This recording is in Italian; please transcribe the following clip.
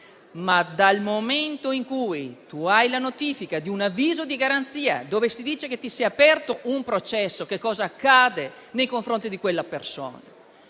Dal momento però in cui si ha la notifica di un avviso di garanzia, dove si dice che si è aperto un processo, che cosa accade nei confronti di quella persona?